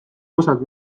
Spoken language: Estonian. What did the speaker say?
osad